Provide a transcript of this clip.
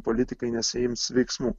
politikai nesiims veiksmų